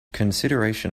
consideration